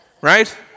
right